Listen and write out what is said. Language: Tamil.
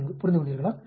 44 புரிந்துகொண்டீர்களா